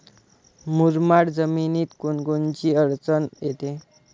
मुरमाड जमीनीत कोनकोनची अडचन येते?